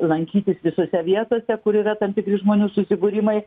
lankytis visose vietose kur yra tam tikri žmonių susibūrimai